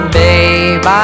babe